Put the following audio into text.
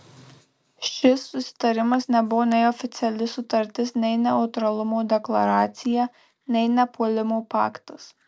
šis susitarimas nebuvo nei oficiali sutartis nei neutralumo deklaracija nei nepuolimo paktas